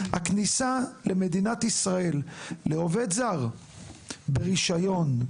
הכניסה למדינת ישראל לעובד זר ברישיון,